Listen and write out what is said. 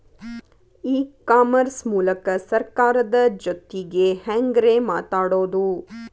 E commerce ಮೂಲಕ ಸರ್ಕಾರದ ಜೊತಿಗೆ ಹ್ಯಾಂಗ್ ರೇ ಮಾತಾಡೋದು?